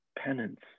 penance